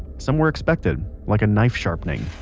some were expected, like a knife sharpening